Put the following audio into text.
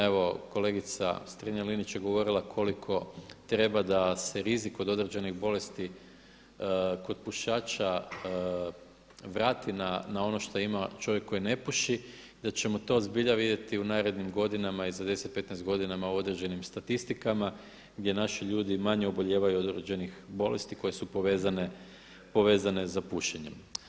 Evo kolegica Strenja-Linić je govorila koliko treba da se rizik od određenih bolesti kod pušača vrati na ono što ima čovjek koji ne puši, da ćemo to zbilja vidjeti u narednim godinama i za 10, 15 godina u određenim statistikama gdje naši ljudi manje obolijevaju od određenih bolesti koje su povezane za pušenje.